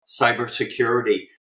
cybersecurity